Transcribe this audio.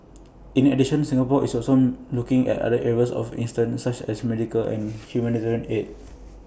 in addition Singapore is also looking at other areas of assistance such as medical and humanitarian aid